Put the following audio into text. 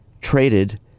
traded